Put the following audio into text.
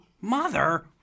Mother